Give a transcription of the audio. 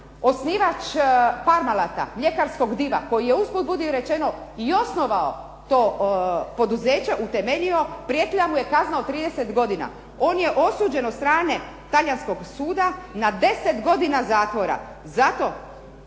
osnivač "Parmalata" mljekarskog diva koji je usput budi rečeno i osnovao to poduzeće, utemeljio, prijetila mu je kazna od 30 godina. On je osuđen od strane talijanskog suda na 10 godina zatvora zato